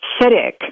acidic